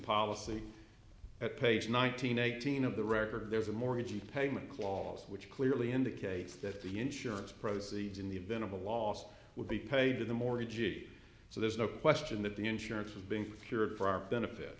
policy at page nineteen eighteen of the record there is a mortgage payment clause which clearly indicates that the insurance proceeds in the event of a loss would be paid to the mortgage so there's no question that the insurance is being cured for our benefit